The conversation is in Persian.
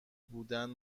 بودند